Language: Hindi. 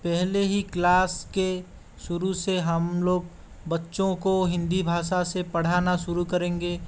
पहले ही क्लास के शुरू से हमलोग बच्चों को हिंदी भाषा से पढ़ाना शुरू करेंगे